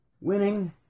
winning